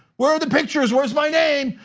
where are the pictures? where's my name?